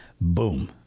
boom